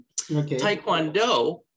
Taekwondo